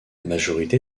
majorité